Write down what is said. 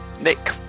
Nick